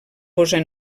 posar